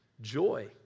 joy